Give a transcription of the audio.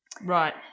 Right